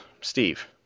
Steve